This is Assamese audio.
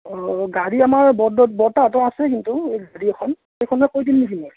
অ গাড়ী আমাৰ বৰ্তাহঁতৰ আছে কিন্তু গাড়ী এখন সেইখনক কৈ দিম নেকি মই